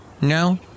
No